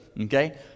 Okay